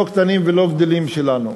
לא קטנים ולא גדולים שלנו,